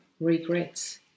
regrets